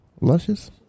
Luscious